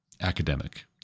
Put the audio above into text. academic